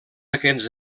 aquests